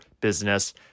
business